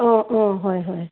অঁ অঁ হয় হয়